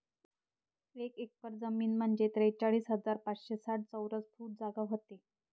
एक एकर जमीन म्हंजे त्रेचाळीस हजार पाचशे साठ चौरस फूट जागा व्हते